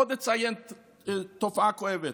עוד אציין תופעה כואבת: